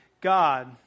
God